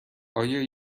آیا